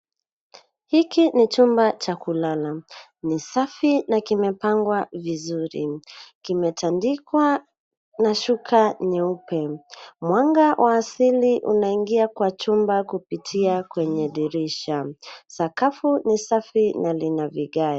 Hiki ni chumba cha kulala. Ni safi na kimepangwa vizuri. Kimetandikwa na shuka nyeusi. Mwanga wa asili unaingia kwa chumba kupitia kwenye dirisha. Sakafu ni safi na lina vigae.